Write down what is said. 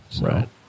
Right